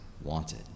wanted